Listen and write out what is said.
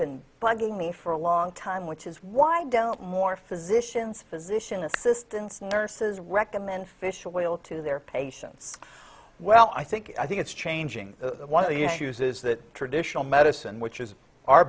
been bugging me for a long time which is why don't more physicians physician assistants nurses recommend fish oil to their patients well i think i think it's changing one of the issues is that traditional medicine which is our